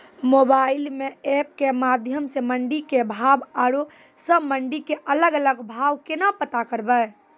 Mobile म app के माध्यम सऽ मंडी के भाव औरो सब मंडी के अलग अलग भाव केना पता करबै?